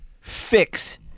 fix